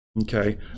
Okay